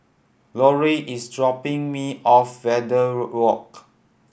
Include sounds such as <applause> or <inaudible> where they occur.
Lorie is dropping me off Verde <unintelligible> Walk